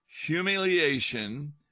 humiliation